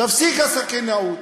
תיפסק הסכינאות,